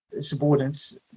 subordinates